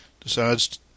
decides